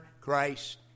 Christ